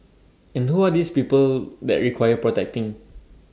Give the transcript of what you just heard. and who are these people that require protecting